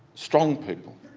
strong people,